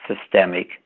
systemic